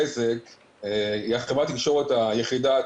בזק היא חברת התקשורת היחידה,